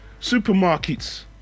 supermarkets